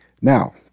Now